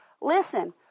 Listen